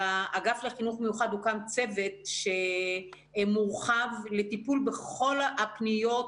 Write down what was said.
באגף לחינוך מיוחד הוקם צוות מורחב לטיפול בכל הפניות,